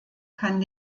kann